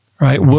Right